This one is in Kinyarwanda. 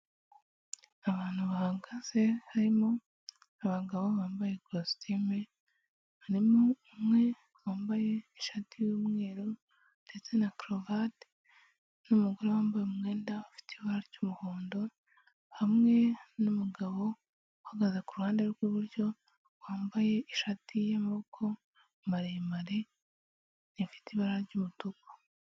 Abantu bahagaze harimo abagabo bambaye ikositimu, harimo umwe wambaye ishati y'umweru ndetse na karuvati n'umugore wambaye umwenda ufite ibara ry'umuhondo, hamwe n'umugabo uhagaze kuruhande rw'iburyo wambaye ishati y'amaboko maremare ifite ibara ry'umutuku.